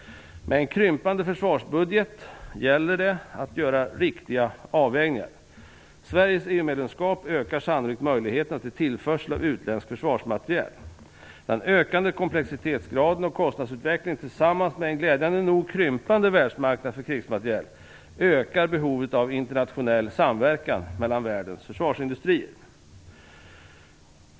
Med en krympande försvarsbudget gäller det att göra riktiga avvägningar. Sveriges EU medlemskap ökar sannolikt möjligheterna för tillförsel av utländskt försvarsmateriel. Den ökande komplexitetsgraden och kostnadsutvecklingen tillsammans med en, glädjande nog, krympande världsmarknad för krigsmateriel ökar behovet av internationell samverkan mellan världens försvarsindustrier.